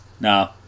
No